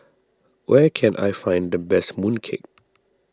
where can I find the best Mooncake